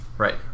Right